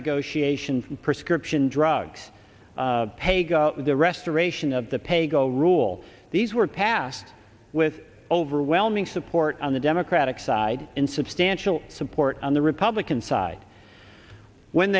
negotiations prescription drugs pay go the restoration of the pay go rule these were passed with overwhelming support on the democratic side in substantial support on the republican side when